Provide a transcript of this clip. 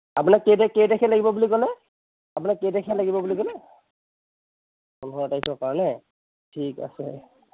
আপোনাক কেই তাৰিখ কেই তাৰিখে লাগিব বুলি ক'লে আপোনাক কেই তাৰিখে লাগিব বুলি ক'লে পোন্ধৰ তাৰিখৰ কাৰণে ঠিক আছে